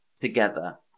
together